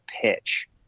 pitch